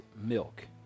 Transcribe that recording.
milk